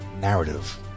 narrative